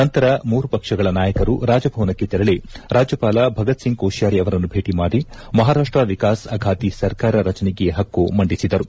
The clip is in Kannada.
ನಂತರ ಮೂರೂ ಪಕ್ಷಗಳ ನಾಯಕರು ರಾಜಭವನಕ್ಕೆ ತೆರಳಿ ರಾಜ್ಯಪಾಲ ಭಗತ್ ಸಿಂಗ್ ಕೋಶ್ಕಾರಿ ಅವರನ್ನು ಭೇಟಿ ಮಾಡಿ ಮಹಾರಾಷ್ಟ ವಿಕಾಸ್ ಅಘಾದಿ ಸರ್ಕಾರ ರಚನೆಗೆ ಪಕ್ಕು ಮಂಡಿಸಿದರು